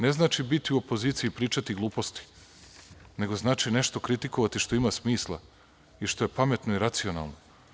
Ne znači biti u opoziciji i pričati gluposti, nego znači nešto kritikovati što ima smisla i što je pametno i racionalno.